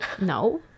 no